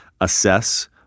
assess